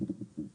השירות.